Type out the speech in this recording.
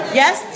yes